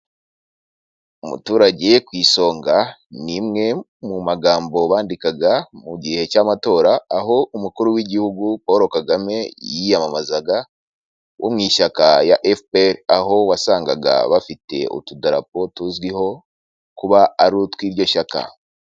Umuturage ku isonga ni imwe mu magambo bandikaga mu gihe cy'amatora, aho umukuru w'igihugu Paul Kagame yiyamamazaga wo mu ishyaka ya FPR, aho wasangaga bafite utudarapo tuzwiho kuba ari utw'iryo shyaka.